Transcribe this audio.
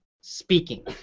speaking